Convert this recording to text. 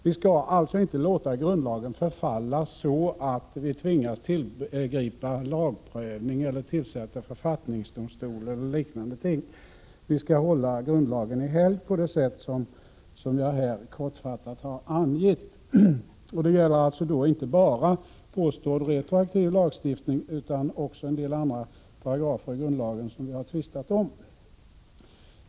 Vi skall alltså inte låta grundlagen förfalla så att vi tvingas tillgripa lagprövning eller tillsätta en författningsdomstol eller något liknande. Vi skall hålla grundlagen i helgd på det sätt som jag här kortfattat har angett. Det gäller inte bara påstådd retroaktiv lagstiftning utan också en del andra paragrafer i grundlagen som vi har tvistat om.